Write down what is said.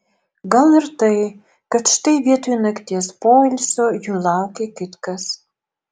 gal ir tai kad štai vietoj nakties poilsio jų laukia kitkas